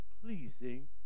pleasing